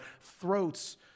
throats